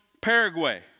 Paraguay